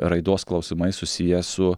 raidos klausimai susiję su